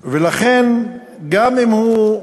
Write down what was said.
לכן, גם אם החוק,